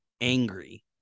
angry